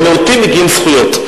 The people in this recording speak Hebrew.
למיעוטים מגיעות זכויות.